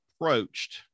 approached